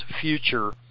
future